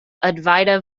advaita